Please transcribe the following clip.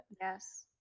Yes